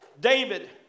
David